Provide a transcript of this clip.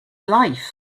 life